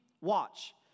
watch